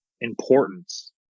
importance